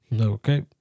Okay